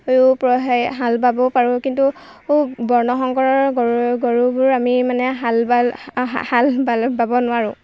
হাল বাবও পাৰোঁ কিন্তু বৰ্ণসংকৰৰ গৰু গৰুবোৰ আমি মানে হাল বাল হাল বাল বাব নোৱাৰো